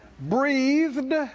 Breathed